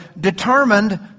determined